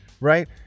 right